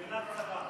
מילה קצרה.